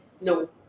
No